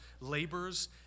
labors